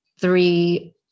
three